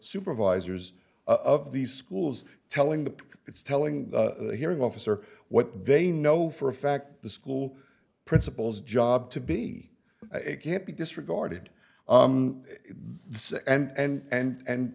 supervisors of these schools telling the it's telling the hearing officer what they know for a fact the school principals job to be it can't be disregarded this and and